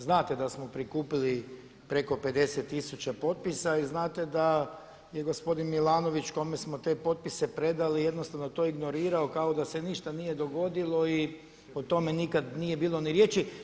Znate da smo prikupili preko 50000 potpisa i znate da je gospodin Milanović kome smo te potpise predali jednostavno to ignorirao kao da se ništa nije dogodilo i o tome nikad nije bilo ni riječi.